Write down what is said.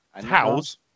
Towels